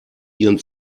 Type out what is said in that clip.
ihren